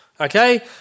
Okay